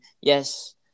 Yes